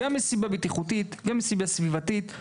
זה גם מסיבה בטיחותית, גם מסיבה סביבתית.